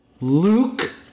Luke